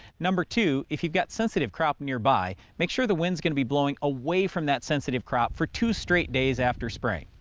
number two if you've got sensitive crop nearby, make sure the wind's going to be blowing away from that sensitive crop for two straight days after spraying.